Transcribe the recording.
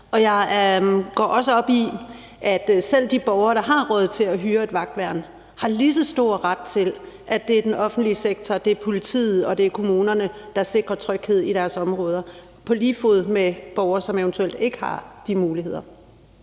jeg går også op i, at selv de borgere, der har råd til at hyre et vagtværn, har en lige så stor ret til, at det er den offentlige sektor, at det er politiet, og at det er kommunerne, der sikrer tryghed i deres områder, som de borgere, som eventuelt ikke har de muligheder.